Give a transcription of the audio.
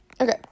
okay